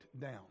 down